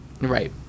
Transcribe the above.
Right